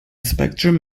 spectrum